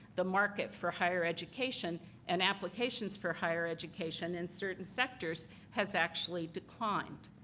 the market for higher education and applications for higher education in certain sectors has actually declined,